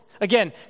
Again